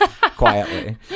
quietly